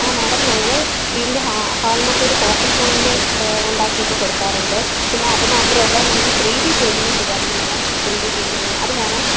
ആ മേഡം ഞങ്ങൾ വീടിൻ്റെ ഹാ ഹാളിനൊക്കെ ഒരു ഫോക്കൽ പോയിൻറ്റ് ഉണ്ടാക്കി ഒക്കെ കൊടുക്കാറുണ്ട് പിന്നെ അത് മാത്രവുമല്ല ഞങ്ങൾ ത്രീഡി പെയിൻറ്റിംഗ് ചെയ്യാറുണ്ട് മാഡം ത്രീഡി പെയിൻറ്റിംഗ് അത് വേണോ